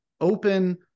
open